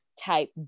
type